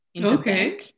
Okay